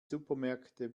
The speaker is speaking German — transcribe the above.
supermärkte